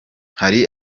hari